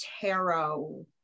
tarot